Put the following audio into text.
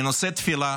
אני נושא תפילה